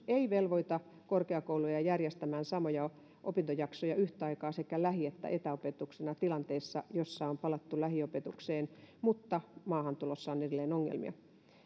ei velvoita korkeakouluja järjestämään samoja opintojaksoja yhtä aikaa sekä lähi että etäopetuksena tilanteessa jossa on palattu lähiopetukseen mutta maahantulossa on edelleen ongelmia